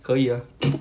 可以 ah